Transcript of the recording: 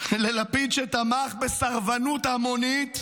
ללפיד שתמך בסרבנות המונית,